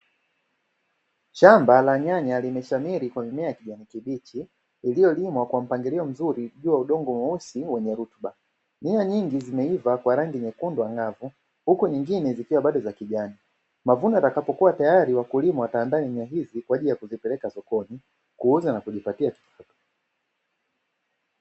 Shamaba la nyanya limeshamili kwa mimea ya kijani kibichi iliyolimwa kwa mpangilio mzuri juu ya udongo mweusi wenye rutuba nyanya nyingi zimeiva kwa rangi nyekundu angavu uku zingine zikiwa bado za kijani mavuno yatakapokuwa tayali wakulima wataandaa nyanya hizi kwaajili ya kuzipeleka sokoni kuuza na kujipatia kipato.